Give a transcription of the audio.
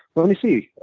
let me see.